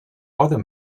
other